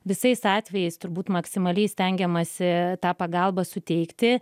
visais atvejais turbūt maksimaliai stengiamasi tą pagalbą suteikti